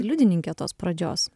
liudininke tos pradžios